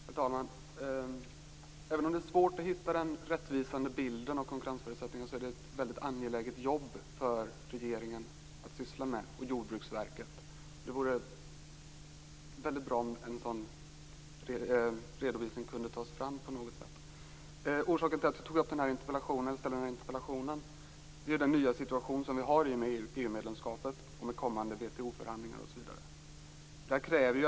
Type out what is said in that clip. Herr talman! Även om det är svårt att hitta den rättvisande bilden av konkurrensförutsättningarna är det ett väldigt angeläget jobb för regeringen och Jordbruksverket att syssla med. Det vore väldigt bra om en sådan redovisning kunde tas fram på något sätt. Orsaken till att jag väckte denna interpellation är den nya situation vi har i och med EU-medlemskapet, kommande WTO-förhandlingar osv.